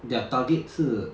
their target 是